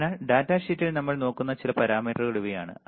അതിനാൽ ഡാറ്റാഷീറ്റിൽ നമ്മൾ നോക്കുന്ന ചില പാരാമീറ്ററുകൾ ഇവയാണ്